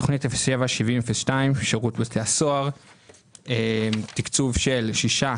תכנית 078002 של משטרת ישראל - תקצוב של 90